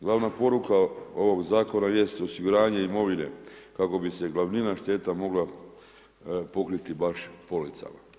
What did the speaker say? Glavna poruka ovog Zakona jest osiguranje imovine kako bi se glavnina šteta mogla pokriti baš policama.